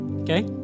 Okay